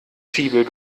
fibel